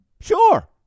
Sure